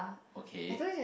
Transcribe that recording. okay